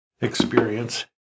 experience